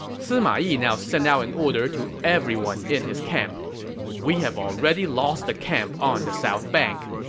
sima yi now sent out an order to everyone in his camp we have already lost the camp on the south bank